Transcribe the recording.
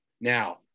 Now